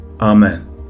Amen